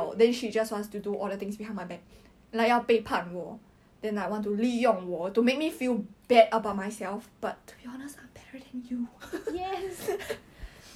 I really don't remember how she look like she pretty meh people like tammy then pretty [what] !aiyo!